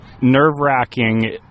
nerve-wracking